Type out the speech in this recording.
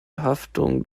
haftung